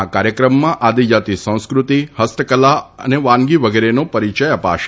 આ કાર્યક્રમમાં આદિજાતિ સંસ્કૃતિ હસ્તકલા વાનગી વગેરેનો પરિચય અપાશે